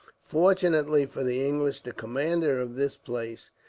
fortunately for the english, the commander of this place,